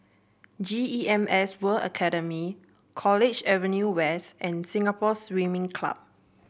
G E M S World Academy College Avenue West and Singapore Swimming Club